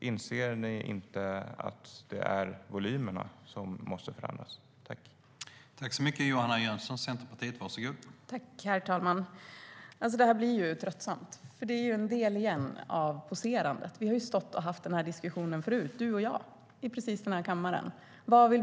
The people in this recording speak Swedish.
Inser ni inte att det är volymerna som måste förändras?